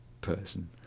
person